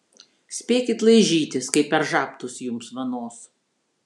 spėkit laižytis kai per žabtus jums vanos